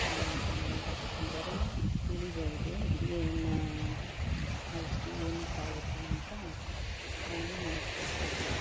ಅಂದರೆ ತಿಳಿಬವ್ದು ಏನು ಔಷಧಿ ಏನಕ್ಕಾಗುತ್ತೆ ಅಂತ ನಾವು ನೋಡ್ಕೊಳ್ಬವ್ದು